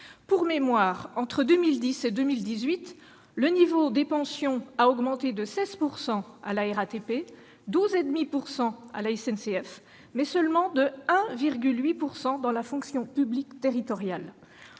Pour mémoire, entre 2010 et 2018, le niveau des pensions a augmenté de 16 % à la RATP, de 12,5 % à la SNCF, mais de seulement 1,8 % dans la fonction publique territoriale